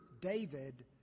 David